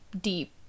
deep